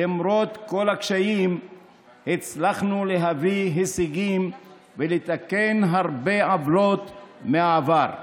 למרות כל הקשיים הצלחנו להביא הישגים ולתקן הרבה עוולות מן העבר.